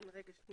נבדוק אם